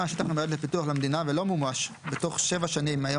השטח המיועד לפיתוח למדינה ולא מומש בתוך שבע שנים מהיום